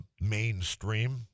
mainstream